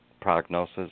prognosis